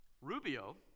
Rubio